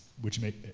which made,